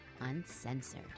uncensored